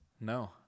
no